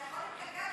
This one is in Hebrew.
אתה יכול להתנגד לו.